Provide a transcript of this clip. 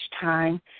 time